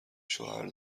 شوهر